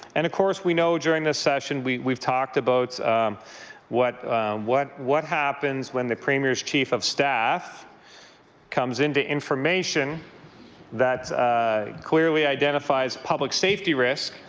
and of course, we know during this session, we've we've talked about what what happens when the premier's chief of staff comes into information that clearly identifies public safety risk